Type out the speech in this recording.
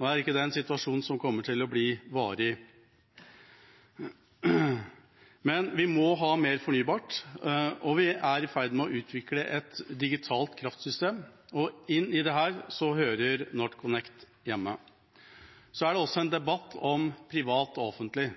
nå er ikke det en situasjon som kommer til å bli varig. Vi må ha mer fornybart, og vi er i ferd med å utvikle et digitalt kraftsystem, og inn i dette hører NorthConnect hjemme. Så er det også en debatt om privat og offentlig,